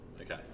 Okay